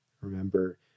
Remember